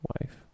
wife